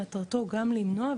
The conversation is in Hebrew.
מטרתו גם למנוע,